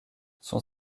son